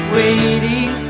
waiting